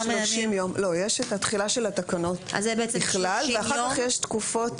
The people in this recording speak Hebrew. יש את התחילה של התקנות בכלל ואחר כך יש תקופות